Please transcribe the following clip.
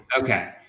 Okay